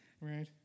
Right